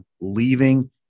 leaving